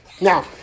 Now